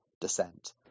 descent